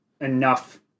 enough